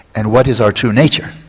and what is our true nature?